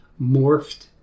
morphed